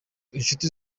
inshuti